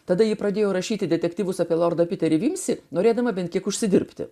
tada ji pradėjo rašyti detektyvus apie lordą piterį vimsį norėdama bent kiek užsidirbti